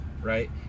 right